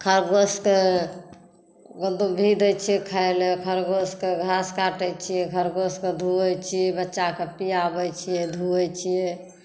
खरगोश के दुभी दै छियै खाय लए खरगोश के घास काटै छियै खरगोश के धुऐ छियै बच्चा के पियाबै छियै धुऐ छियै